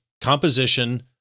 composition